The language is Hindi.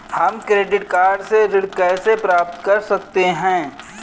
हम क्रेडिट कार्ड से ऋण कैसे प्राप्त कर सकते हैं?